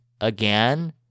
again